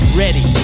ready